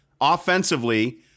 Offensively